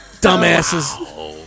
dumbasses